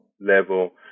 level